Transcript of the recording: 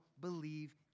believe